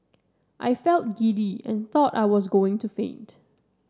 I felt giddy and thought I was going to faint